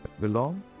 belong